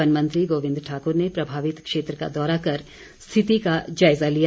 one मंत्री गोविंद ठाकुर ने प्रभावित क्षेत्र का दौरा कर स्थिति का जायजा लिया